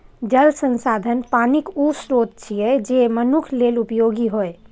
जल संसाधन पानिक ऊ स्रोत छियै, जे मनुक्ख लेल उपयोगी होइ